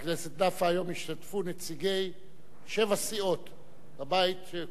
היום השתתפו נציגי שבע סיעות בבית שכולם אמרו.